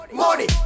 money